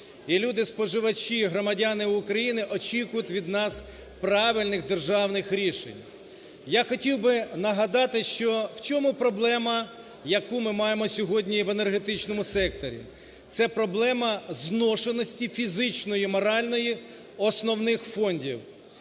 і люди-споживачі, громадяни України очікують від нас правильних державних рішень. Я хотів би нагадати, в чому проблема, яку ми маємо сьогодні в енергетичному секторі. Це проблема зношеності фізичної й моральної основних фондів.